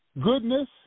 goodness